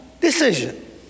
decision